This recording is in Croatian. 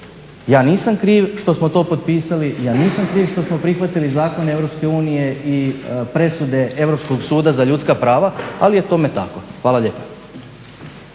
Ja nisam kriv što smo to potpisali, ja nisam kriv što smo prihvatili zakon Europske unije i presude Europskog suda za ljudska prava ali je tome tako. Hvala lijepa.